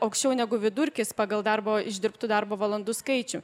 aukščiau negu vidurkis pagal darbo išdirbtų darbo valandų skaičių